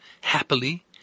happily